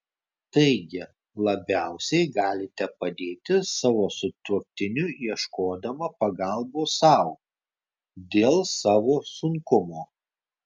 taigi labiausiai galite padėti savo sutuoktiniui ieškodama pagalbos sau dėl savo sunkumo